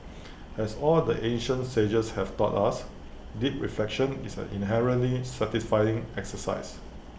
as all the ancient sages have taught us deep reflection is an inherently satisfying exercise